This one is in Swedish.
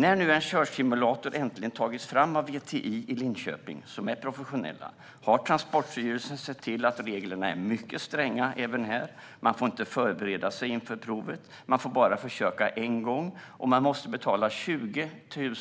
När nu en körsimulator äntligen tagits fram av VTI i Linköping, som är professionella, har Transportstyrelsen sett till att reglerna är mycket stränga även här. Man får inte förbereda sig inför provet, man får bara försöka en gång och man måste betala 20